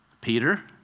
Peter